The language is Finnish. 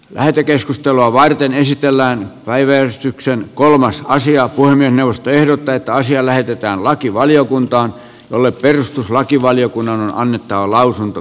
lähetekeskustelua varten esitellään päiväjärjestyksen kolmas asia kuin puhemiesneuvosto ehdottaa että asia lähetetään lakivaliokuntaan jolle perustuslakivaliokunnan on annettava lausunto